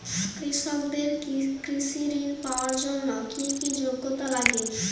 কৃষকদের কৃষি ঋণ পাওয়ার জন্য কী কী যোগ্যতা লাগে?